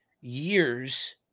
years